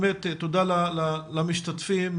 תודה למשתתפים.